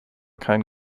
kein